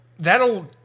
that'll